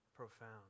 Profound